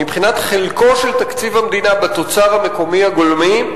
מבחינת חלקו של תקציב המדינה בתוצר המקומי הגולמי,